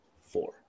four